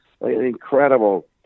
Incredible